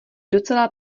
docela